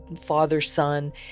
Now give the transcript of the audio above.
father-son